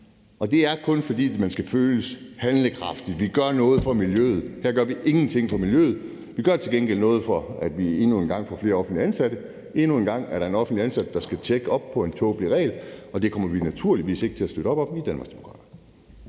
og det er kun, fordi vi vil føle os handlekraftige, så vi kan sige, at vi gør noget for miljøet. Men her gør vi ingenting for miljøet; vi gør til gengæld noget for, at vi endnu en gang får flere offentligt ansatte. Endnu en gang er der en offentligt ansat, der skal tjekke op på en tåbelig regel, og det kommer vi naturligvis ikke til at støtte op om i Danmarksdemokraterne.